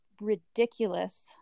ridiculous